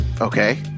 Okay